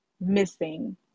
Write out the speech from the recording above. missing